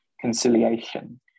conciliation